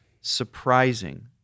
surprising